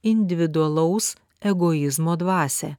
individualaus egoizmo dvasią